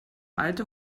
alte